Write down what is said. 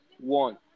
one